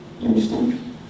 understand